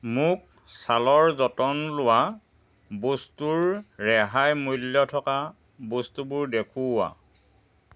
মোক ছালৰ যতন লোৱা বস্তুৰ ৰেহাই মূল্য থকা বস্তুবোৰ দেখুওৱা